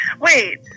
wait